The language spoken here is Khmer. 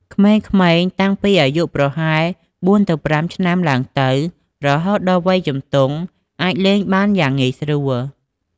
ក្មេងៗតាំងពីអាយុប្រហែល ៤-៥ ឆ្នាំឡើងទៅ រហូតដល់វ័យជំទង់អាចលេងបានយ៉ាងងាយស្រួល។